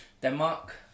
Denmark